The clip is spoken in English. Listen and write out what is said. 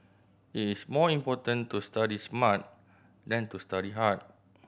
it is more important to study smart than to study hard